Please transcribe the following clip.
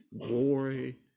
glory